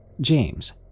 James